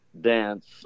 dance